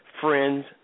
Friends